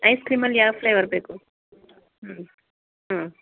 ice ಕ್ರೀಮಲ್ಲಿ ಯಾವ flavour ಬೇಕು ಹ್ಞೂ ಹ್ಞೂ